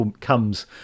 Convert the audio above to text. comes